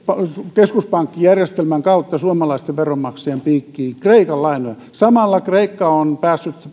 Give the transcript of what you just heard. keskuspankkijärjestelmän kautta suomalaisten veronmaksajien piikkiin kreikan lainoja samalla kreikka on päässyt